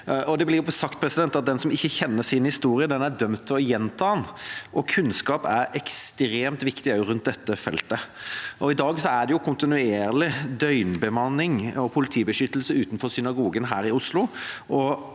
Det blir sagt at den som ikke kjenner sin historie, er dømt til å gjenta den, og kunnskap er ekstremt viktig også på dette feltet. I dag er det kontinuerlig døgnbemanning og politibeskyttelse utenfor synagogen her i Oslo,